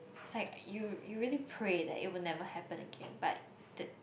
it's like you really pray that it will never happen again but